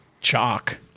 chalk